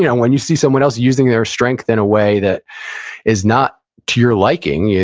you know when you see someone else using their strength in a way that is not to your liking,